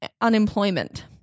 unemployment